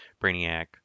Brainiac